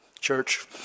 church